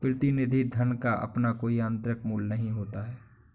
प्रतिनिधि धन का अपना कोई आतंरिक मूल्य नहीं होता है